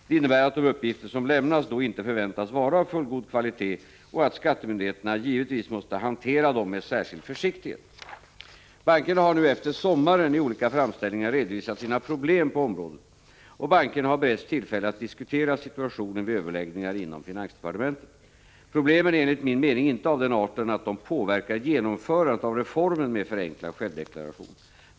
Det innebär att de uppgifter som lämnas då inte förväntas vara av fullgod kvalitet och att skattemyndigheterna givetvis måste hantera dem med särskild försiktighet. Bankerna har nu efter sommaren i olika framställningar redovisat sina problem på området, och bankerna har beretts tillfälle att diskutera situationen vid överläggningar inom finansdepartementet. Problemen är enligt min mening inte av den arten att de påverkar genomförandet av reformen med förenklad självdeklaration.